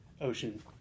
ocean